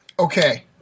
Okay